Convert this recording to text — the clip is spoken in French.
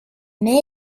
mère